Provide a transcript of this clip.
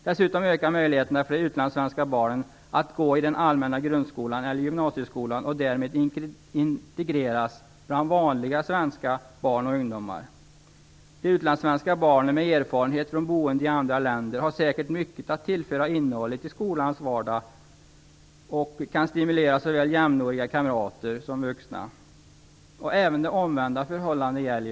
Dessutom ökar möjligheterna för utlandssvenska barn att gå i den allmänna grundskolan eller gymnasieskolan och därmed integreras bland vanliga svenska barn och ungdomar. De utlandssvenska barnen med erfarenhet från boende i andra länder har säkert mycket att tillföra innehållet i skolans vardag och kan stimulera såväl jämnåriga kamrater som vuxna. Även det omvända förhållandet gäller.